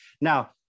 Now